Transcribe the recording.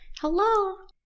Hello